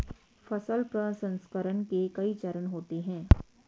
फसल प्रसंसकरण के कई चरण होते हैं